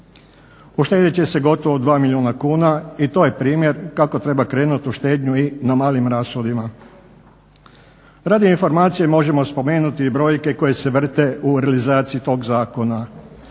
Uštedit će se gotovo 2 milijuna kuna i to je primjer kako treba krenuti u štednju i na malim rashodima. Radi informacije možemo spomenuti i brojke koje se vrte u realizaciji tog zakona.